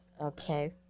Okay